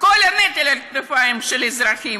כל הנטל על הכתפיים של האזרחים.